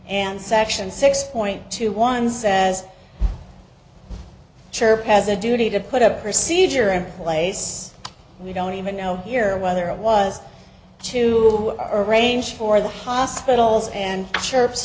and section six point two one says church has a duty to put a procedure in place we don't even know here whether it was to arrange for the hospitals and chirps